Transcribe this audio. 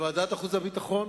בוועדת החוץ והביטחון.